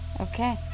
Okay